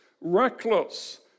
reckless